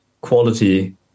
quality